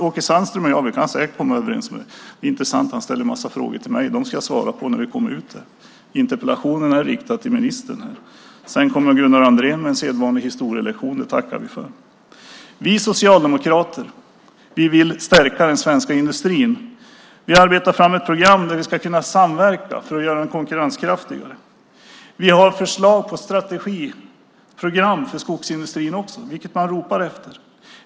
Åke Sandström och jag kan säkert komma överens. Det är intressant att han ställer en massa frågor till mig. De ska jag svara på när vi kommer ut från kammaren. Interpellationen är riktad till ministern. Gunnar Andrén kommer med en sedvanlig historielektion. Det tackar vi för. Vi socialdemokrater vill stärka den svenska industrin. Vi arbetar fram ett program där vi ska kunna samverka för att göra den konkurrenskraftigare. Vi har förslag på strategiprogram för skogsindustrin också. Det ropar man efter.